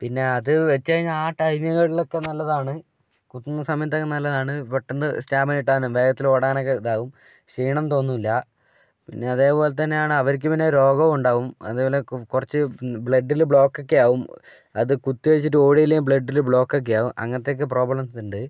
പിന്നെ അത് വച്ചു കഴിഞ്ഞാൽ ആ ടൈമുകളിലൊക്കെ നല്ലതാണ് കുത്തുന്ന സമയത്തൊക്കെ നല്ലതാണ് പെട്ടന്ന് സ്റ്റാമിന കിട്ടാനും വേഗത്തിലോടാനുമൊക്കെ ഇതാവും ക്ഷീണം തോന്നില്ല പിന്നെ അതെപോലെത്തന്നെയാണ് അവർക്ക് പിന്നെ രോഗവും ഉണ്ടാവും അതുപോലെ കുറച്ച് ബ്ലഡിൽ ബ്ലോക്കൊക്കെയാവും അത് കുത്തി വച്ചിട്ട് ഓടിയില്ലെങ്കിൽ ബ്ലഡിൽ ബ്ലോക്കൊക്കെയാവും അങ്ങനത്തെയൊക്കെ പ്രോബ്ലംസ് ഉണ്ട്